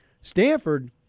Stanford